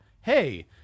Hey